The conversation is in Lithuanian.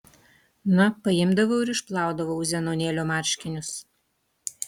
na paimdavau ir išplaudavau zenonėlio marškinius